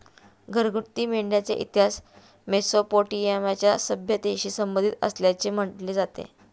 घरगुती मेंढ्यांचा इतिहास मेसोपोटेमियाच्या सभ्यतेशी संबंधित असल्याचे म्हटले जाते